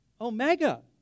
Omega